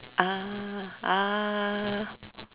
ah ah